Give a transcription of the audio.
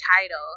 title